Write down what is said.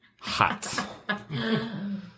Hot